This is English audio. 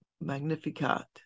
Magnificat